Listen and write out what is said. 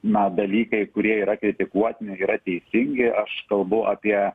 na dalykai kurie yra kritikuotini yra teisingi aš kalbu apie